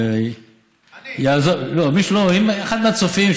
אחד מהצופים,